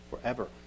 forever